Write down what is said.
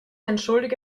entschuldige